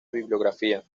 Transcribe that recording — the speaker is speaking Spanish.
bibliografía